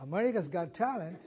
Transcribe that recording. america's got talent